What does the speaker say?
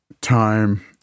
time